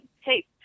hey